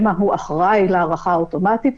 שמא הוא אחראי להארכה האוטומטית,